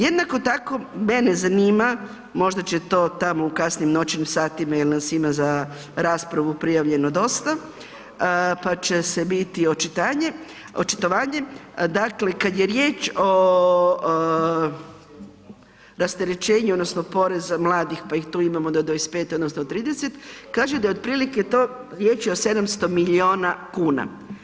Jednako tako, mene zanima možda će to tamo u kasnim noćnim satima jel nas ima za raspravu prijavljeno dosta, pa će se biti očitanje, očitovanje, dakle kad je riječ o rasterećenju odnosno poreza mladih, pa ih tu imamo do 25 odnosno 30, kaže da je otprilike to, riječ je o 700 milijuna kuna.